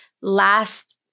last